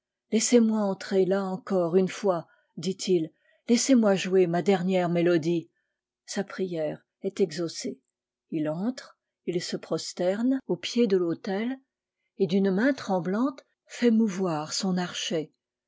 laissez-moi entrer là encore une fois dit-il laissez-moi jouer ma dernière mélodie sa prière est exaucée il entre il se prosterne au pied de l'autel et d'une main tremblante fait mouvoir son archet